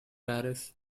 paris